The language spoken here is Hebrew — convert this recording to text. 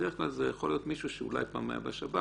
בדרך כלל זה יכול להיות מישהו שאולי פעם היה בשב"כ,